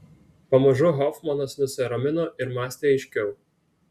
pamažu hofmanas nusiramino ir mąstė aiškiau